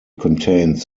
contains